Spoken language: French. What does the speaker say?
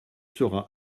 sera